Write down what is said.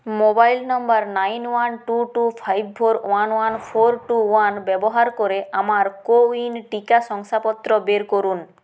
mobile number nine one two two five four one one four two one ব্যবহার করে আমার CoWIN টিকা শংসাপত্র বের করুন